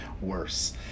Worse